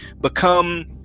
become